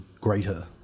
greater